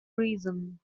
reason